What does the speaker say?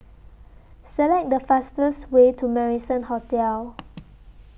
Select The fastest Way to Marrison Hotel